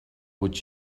would